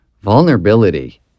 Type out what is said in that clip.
vulnerability